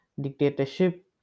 dictatorship